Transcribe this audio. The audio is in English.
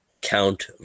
Count